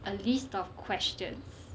a list of questions